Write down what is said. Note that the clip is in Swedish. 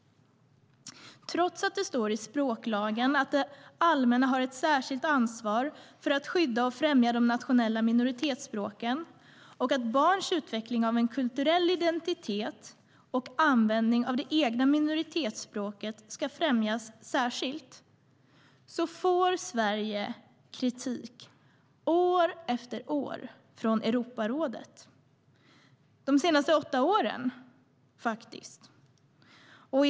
Trots att det står i språklagen att det allmänna har ett särskilt ansvar för att skydda och främja de nationella minoritetsspråken och att barns utveckling av en kulturell identitet och användning av det egna minoritetsspråket ska främjas särskilt har Sverige under de senaste åtta åren fått kritik år efter år från Europarådet.